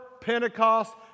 Pentecost